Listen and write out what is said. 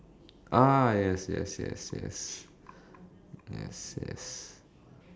ah yes yes yes yes yes yes